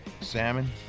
Salmon